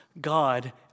God